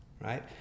right